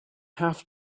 have